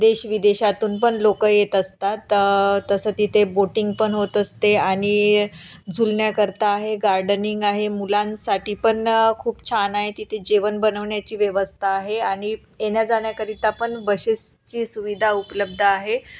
देश विदेशातून पण लोकं येत असतात तसं तिथे बोटिंग पण होत असते आणि झुलण्याकरिता आहे गार्डनिंग आहे मुलांसाठी पण खूप छान आहे तिथे जेवण बनवण्याची व्यवस्था आहे आणि येण्याजाण्याकरिता पण बसेसची सुविधा उपलब्ध आहे